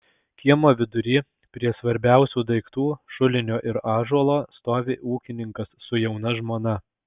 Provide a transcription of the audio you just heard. kiemo vidury prie svarbiausių daiktų šulinio ir ąžuolo stovi ūkininkas su jauna žmona